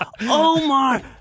Omar